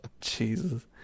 Jesus